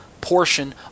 portion